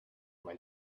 mein